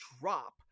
drop